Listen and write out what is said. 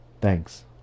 Thanks